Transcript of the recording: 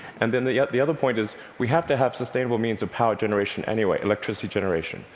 and then the yeah the other point is, we have to have sustainable means of power generation anyway, electricity generation.